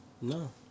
No